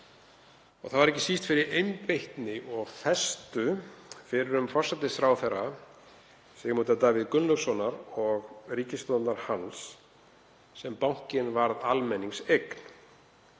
og það var ekki síst fyrir einbeitni og festu fyrrum forsætisráðherra, Sigmundar Davíðs Gunnlaugssonar, og ríkisstjórnar hans sem bankinn varð almenningseign